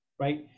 right